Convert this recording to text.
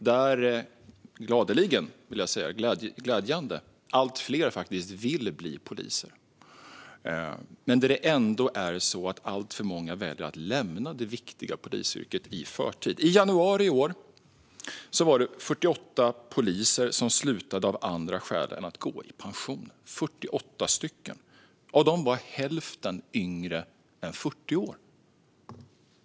Det är glädjande att allt fler vill bli poliser. Men det är ändå alltför många som väljer att lämna det viktiga yrket i förtid. I januari i år var det 48 poliser som slutade av andra skäl än att gå i pension. Det var 48 stycken. Av dem var hälften yngre än 40 år.